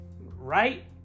right